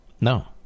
No